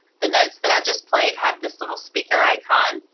the notes that i just played have this little speaker icon.